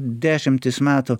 dešimtis metų